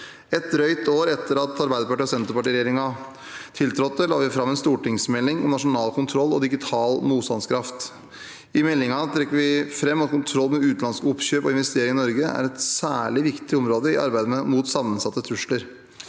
Et drøyt år etter at Arbeiderparti–Senterparti-regjeringen tiltrådte, la vi fram en stortingsmelding om nasjonal kontroll og digital motstandskraft. I meldingen trekker vi fram at kontroll med utenlandske oppkjøp og investeringer i Norge er et særlig viktig område i arbeidet mot sammensatte trusler.